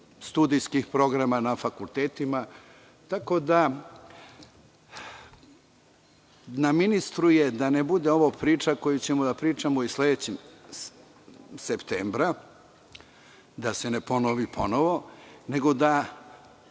studijskih programa na fakultetima itd. Tako da, na ministru je da ne bude ovo priča koju ćemo da pričamo i sledećeg septembra, da se ne ponovi ponovo, nego da